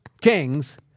Kings